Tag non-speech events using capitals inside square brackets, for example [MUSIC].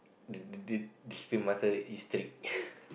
the d~ d~ discipline master is strict [BREATH]